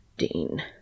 Dean